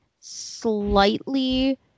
slightly